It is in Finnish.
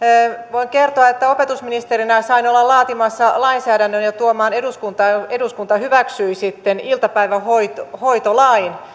voin kertoa että opetusministerinä sain olla laatimassa lainsäädännön ja tuomaan sen eduskuntaan ja eduskunta hyväksyi sitten iltapäivähoitolain